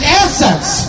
assets